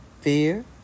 fear